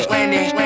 Landing